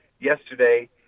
yesterday